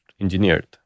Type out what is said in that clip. engineered